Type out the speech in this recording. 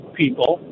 people